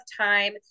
time